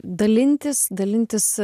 dalintis dalintis